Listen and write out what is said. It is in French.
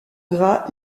gras